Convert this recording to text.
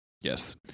Yes